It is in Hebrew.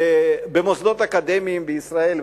שבמוסדות אקדמיים בישראל,